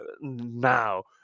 now